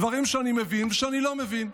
דברים שאני מבין ושאני לא מבין.